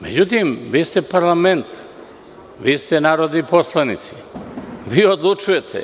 Međutim, vi ste parlament, vi ste narodni poslanici i vi odlučujete.